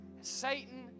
Satan